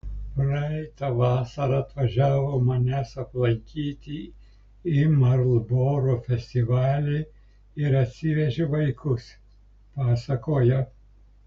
praeitą vasarą atvažiavo manęs aplankyti į marlboro festivalį ir atsivežė vaikus pasakoja